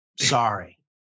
Sorry